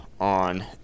on